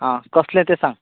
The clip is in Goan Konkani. आ कसलें ते सांग